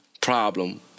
problem